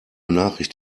nachricht